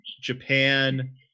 Japan